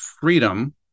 freedom